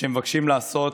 שמבקשים לעשות,